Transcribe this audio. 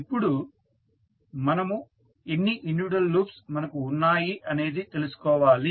ఇపుడు మనము ఎన్ని ఇండివిడ్యువల్ లూప్స్ మనకు ఉన్నాయి అనేది తెలుసుకోవాలి